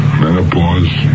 menopause